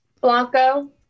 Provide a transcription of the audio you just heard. Blanco